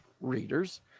readers